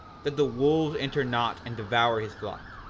that the wolves enter not and devour his flock?